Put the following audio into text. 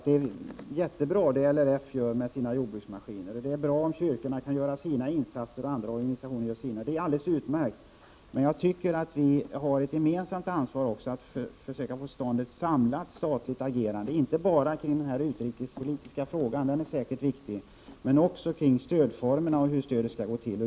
Det är jättebra det LRF har gjort med sina jordbruksmaskiner, och det är bra om kyrkorna kan göra sina insatser och andra organisationer sina. Det är alldeles utmärkt, men jag tycker att vi har ett gemensamt ansvar att försöka få till stånd ett samlat statligt agerande inte bara kring den utrikespolitiska frågan, som säkert är viktig, utan också kring hur stödet skall gå till.